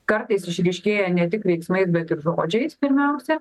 kartais išryškėja ne tik veiksmais bet ir žodžiais pirmiausia